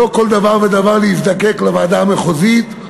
לא לכל דבר ודבר להזדקק לוועדה המחוזית,